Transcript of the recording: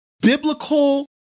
biblical